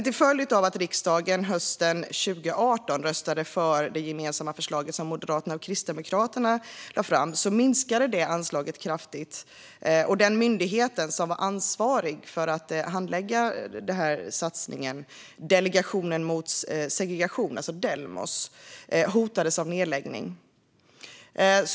Till följd av att riksdagen hösten 2018 röstade för det gemensamma förslag som Moderaterna och Kristdemokraterna lade fram minskade anslaget kraftigt, och den myndighet som var ansvarig för att handlägga satsningen, Delegationen mot segregation, Delmos, hotades av nedläggning.